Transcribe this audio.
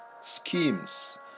schemes